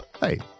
Hey